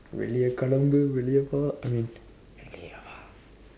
வெளியே களம்பு வெளியே வா:veliyee kalampu veliyee vaa I mean வெளியே வா:veliyee vaa